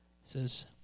Says